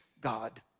God